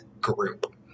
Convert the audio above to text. group